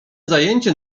zajęcie